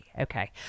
okay